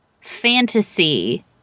fantasy